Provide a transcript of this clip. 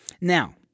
Now